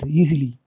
easily